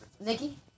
Nikki